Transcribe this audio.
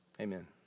amen